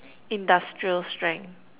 industrial strength